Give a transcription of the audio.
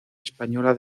española